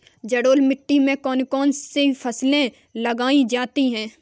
जलोढ़ मिट्टी में कौन कौन सी फसलें उगाई जाती हैं?